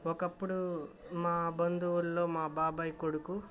ఒకప్పుడు మా బంధువుల్లో మా బాబాయ్ కొడుకు